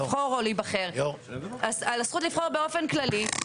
לבחור או להיבחר, הזכות לבחור באופן כללי.